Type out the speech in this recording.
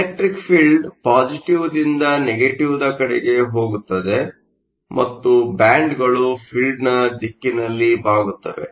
electric field ಪಾಸಿಟಿವ್ದಿಂದ negative ಕಡೆಗೆ ಹೋಗುತ್ತದೆ ಮತ್ತು ಬ್ಯಾಂಡ್ಗಳು ಫೀಲ್ಡ್ನ ದಿಕ್ಕಿನಲ್ಲಿ ಬಾಗುತ್ತವೆ